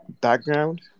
background